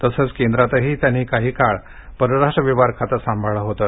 तसंच केंद्रातही त्यांनी काही काळ परराष्ट्र व्यवहार खातं सांभाळलं होतं